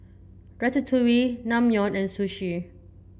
Ratatouille Naengmyeon and Sushi